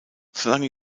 solange